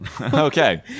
Okay